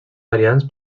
variants